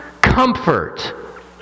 comfort